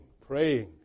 praying